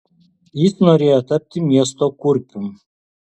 jis norėjo tapti miesto kurpium